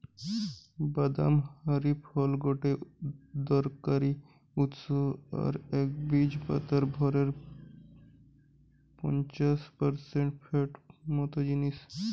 বাদাম হারি ফল গটে দরকারি উৎস আর এর বীজ পাতার ভরের পঞ্চাশ পারসেন্ট ফ্যাট মত জিনিস